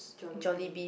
Jollibee